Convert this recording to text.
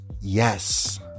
yes